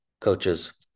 coaches